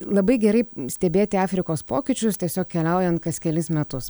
labai gerai stebėti afrikos pokyčius tiesiog keliaujant kas kelis metus